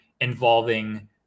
involving